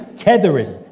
tethering.